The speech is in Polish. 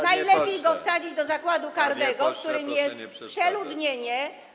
Najlepiej go wsadzić do zakładu karnego, w którym jest przeludnienie.